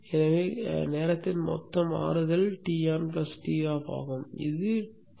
எனவே காலத்தின் மொத்த மாறுதல் Ton Toff ஆகும் இது டி